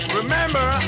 remember